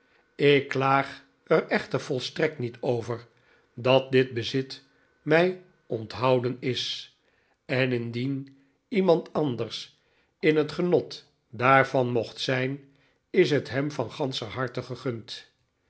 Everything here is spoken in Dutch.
ik klaag er echter volstrekt niet over dat dit bezit mij onthouden is en indien iemand anders in het genot daarvan mocht zijn is het hem van ganscher harte gegund